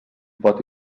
pot